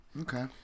Okay